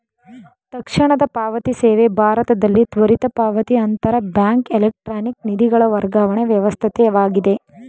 ತಕ್ಷಣದ ಪಾವತಿ ಸೇವೆ ಭಾರತದಲ್ಲಿ ತ್ವರಿತ ಪಾವತಿ ಅಂತರ ಬ್ಯಾಂಕ್ ಎಲೆಕ್ಟ್ರಾನಿಕ್ ನಿಧಿಗಳ ವರ್ಗಾವಣೆ ವ್ಯವಸ್ಥೆಯಾಗಿದೆ